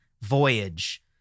voyage